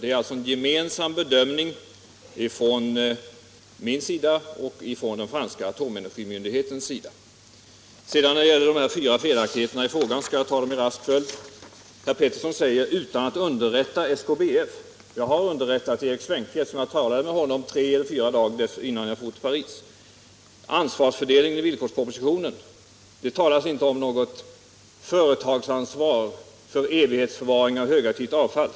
Det är alltså en gemensam bedömning av mig och den franska atomenergimyndigheten. Jag skall dra de fyra felaktigheterna i frågan i rask följd. Herr Pettersson säger: ”-—- utan att -—-—- underrätta Svensk Kärnbränsleförsörjning AB.” Jag har underrättat Erik Svenke, eftersom jag talade med honom tre eller fyra dagar innan jag for till Paris. När det gäller ansvarsfördelningen i villkorspropositionen talas det inte om något företagsansvar för evighetsförvaring av högaktivt avfall.